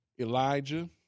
Elijah